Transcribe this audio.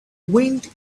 went